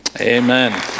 Amen